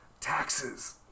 Taxes